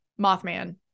Mothman